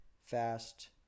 fast